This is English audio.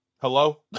Hello